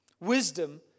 Wisdom